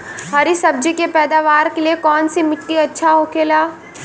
हरी सब्जी के पैदावार के लिए कौन सी मिट्टी अच्छा होखेला?